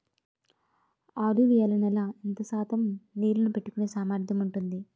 అలువియలు నేల ఎంత శాతం నీళ్ళని పట్టుకొనే సామర్థ్యం ఉంటుంది?